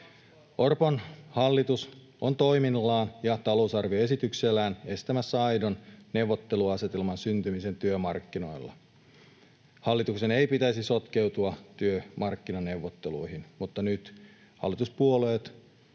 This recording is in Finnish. Orpon hallitus on toimillaan ja talousarvioesityksellään estämässä aidon neuvotteluasetelman syntymisen työmarkkinoilla. Hallituksen ei pitäisi sotkeutua työmarkkinaneuvotteluihin, mutta nyt hallituspuolueet